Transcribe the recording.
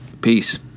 Peace